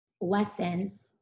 lessons